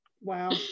Wow